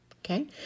Okay